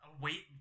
wait